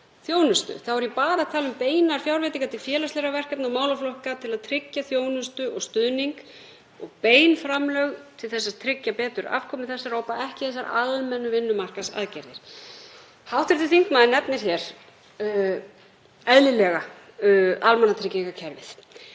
þjónustu. Þá er ég bara að tala um beinar fjárveitingar til félagslegra verkefna og málaflokka til að tryggja þjónustu og stuðning, bein framlög til þess að tryggja betur afkomu þessara hópa, ekki þessar almennu vinnumarkaðsaðgerðir. Hv. þingmaður nefnir hér eðlilega almannatryggingakerfið,